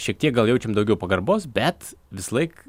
šiek tiek gal jaučiam daugiau pagarbos bet visąlaik